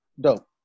Dope